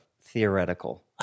theoretical